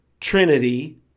Trinity